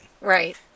Right